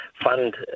fund